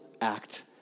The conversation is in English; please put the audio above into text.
act